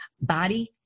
body